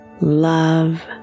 love